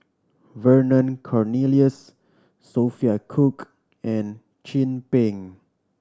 Vernon Cornelius Sophia Cooke and Chin Peng